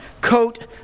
coat